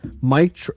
Mike